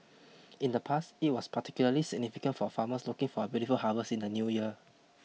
in the past it was particularly significant for farmers looking for a bountiful harvest in the new year